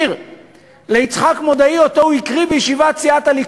את זוכרת את דוד